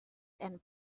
and